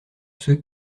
ceux